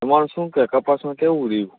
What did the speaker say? તમારે શું કહે કપાસમાં કેવું રહ્યું